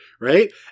right